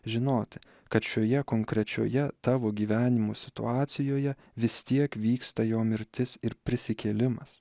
žinoti kad šioje konkrečioje tavo gyvenimo situacijoje vis tiek vyksta jo mirtis ir prisikėlimas